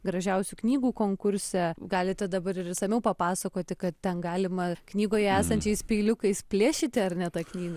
gražiausių knygų konkurse galite dabar ir išsamiau papasakoti kad ten galima knygoje esančiais peiliukais plėšyti ar ne tą knygą